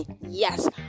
Yes